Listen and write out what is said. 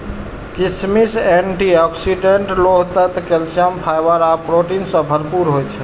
किशमिश antioxidant, लोह तत्व, कैल्सियम, फाइबर आ प्रोटीन सं भरपूर होइ छै